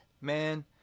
Man